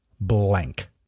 blank